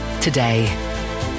today